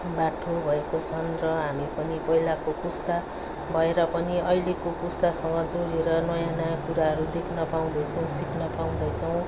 बाठो भएको छन् र हामी पनि पहिलाको पुस्ता भएर पनि अहिलेको पुस्तासँग जोडेर नयाँ नयाँ कुराहरू देख्न पाउँदैछौँ सिक्न पाउँदैछौँ